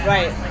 Right